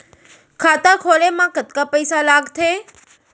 खाता खोले मा कतका पइसा लागथे?